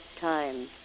time